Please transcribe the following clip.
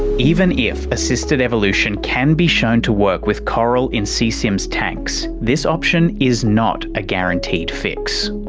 even if assisted evolution can be shown to work with coral in seasim's tanks, this option is not a guaranteed fix.